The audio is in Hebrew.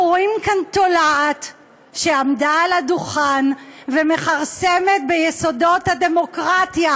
אנחנו רואים כאן תולעת שעמדה על הדוכן ומכרסמת ביסודות הדמוקרטיה,